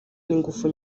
n’ingufu